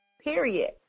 period